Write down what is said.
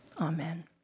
Amen